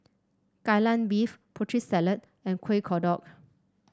Kai Lan Beef Putri Salad and Kuih Kodok